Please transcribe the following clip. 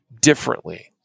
differently